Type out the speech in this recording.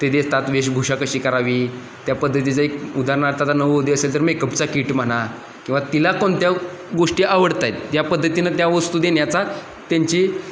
ते देतात वेशभूषा कशी करावी त्या पद्धतीचा एक उदाहरणार्थ आता असेल तर मेकअपचा कीट म्हणा किंवा तिला कोणत्या गोष्टी आवडत आहेत त्या पद्धतीनं त्या वस्तू देण्याचा त्यांची